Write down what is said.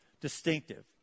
distinctive